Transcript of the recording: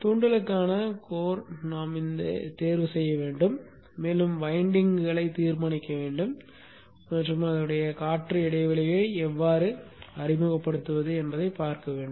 தூண்டலுக்கான மையத்தை நாம் தேர்வு செய்ய வேண்டும் மேலும் வைண்டிங் களைத் தீர்மானிக்க வேண்டும் மற்றும் காற்று இடைவெளியை எவ்வாறு அறிமுகப்படுத்துவது என்பதைப் பார்க்க வேண்டும்